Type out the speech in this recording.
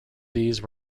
these